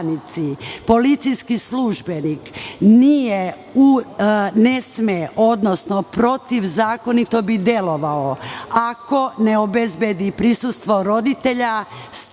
policijski službenik ne sme, odnosno protivzakonito bi delovao ako ne obezbedi prisustvo roditelja,